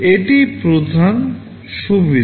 এটিই প্রধান সুবিধা